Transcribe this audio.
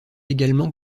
également